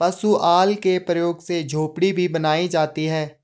पुआल के प्रयोग से झोपड़ी भी बनाई जाती है